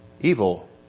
evil